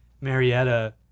Marietta